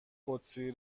قدسی